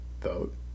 vote